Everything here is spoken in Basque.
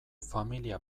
familia